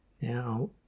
Now